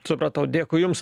supratau dėkui jums